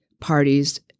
parties